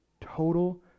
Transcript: Total